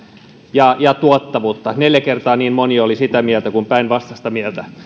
ja ja tuottavuutta neljä kertaa niin moni oli sitä mieltä kuin päinvastaista mieltä